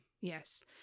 Yes